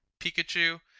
Pikachu